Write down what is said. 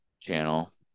channel